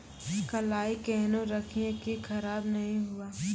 कलाई केहनो रखिए की खराब नहीं हुआ?